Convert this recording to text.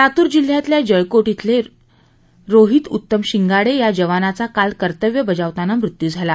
लातूर जिल्ह्यातल्या जळकोट श्वेल रोहित उत्तम शिंगाडे या जवानाचा काल कर्तव्य बजावतांना मृत्यू झाला